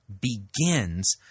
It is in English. begins